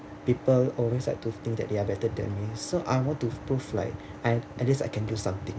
people always like to think that they are better than me so I want to prove like and at least I can do something